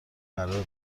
قرار